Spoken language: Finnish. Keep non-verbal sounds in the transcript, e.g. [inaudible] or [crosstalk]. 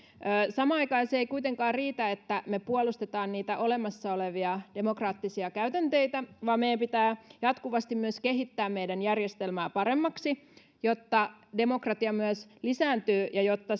samaan aikaan se ei kuitenkaan riitä että me puolustamme olemassa olevia demokraattisia käytänteitä vaan meidän pitää jatkuvasti myös kehittää meidän järjestelmää paremmaksi jotta demokratia myös lisääntyy ja jotta [unintelligible]